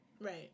Right